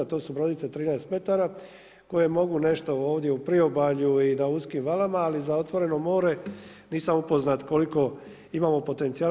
To su brodice 13 metara, koje mogu nešto ovdje u priobalju i na uskim valama, ali za otvoreno more nisam upoznat koliko imamo potencija.